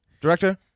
Director